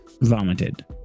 vomited